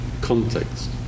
context